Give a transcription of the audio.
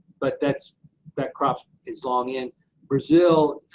but that's that crop is long end brazil,